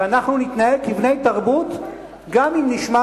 ואנחנו נתנהג כבני-תרבות גם אם נשמע